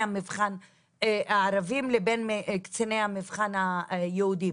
המבחן הערבים לבין קציני המבחן היהודים.